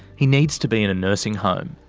he needs to be in a nursing home.